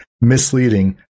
misleading